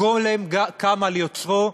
הגולם קם על יוצרו,